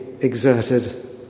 exerted